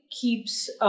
keeps